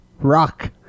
rock